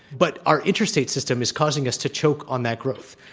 but our interstate system is causing us to choke on that growth.